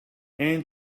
and